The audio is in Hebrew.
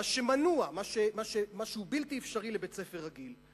מה שבלתי אפשרי לבית-ספר רגיל.